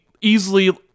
easily